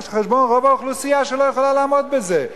על חשבון רוב האוכלוסייה שלא יכולה לעמוד בזה,